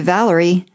Valerie